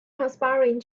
conspiring